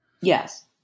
Yes